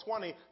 20